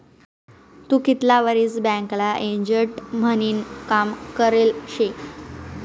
तू कितला वरीस बँकना एजंट म्हनीन काम करेल शे?